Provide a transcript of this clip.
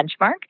benchmark